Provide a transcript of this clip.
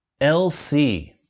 lc